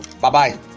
Bye-bye